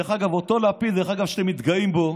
דרך אגב, אותו לפיד שאתם מתגאים בו,